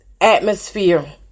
atmosphere